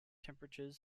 temperature